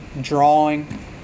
drawing